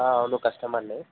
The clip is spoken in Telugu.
ఆ అవును కస్టమరునే